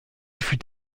fut